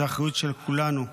זו האחריות של כולנו.